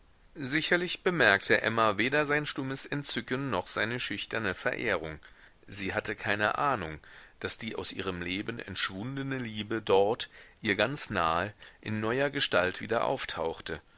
sicherlich bemerke emma weder sein stummes entzücken noch seine schüchterne verehrung sie hatte keine ahnung daß die aus ihrem leben entschwundene liebe dort ihr ganz nahe in neuer gestalt wieder auftauchte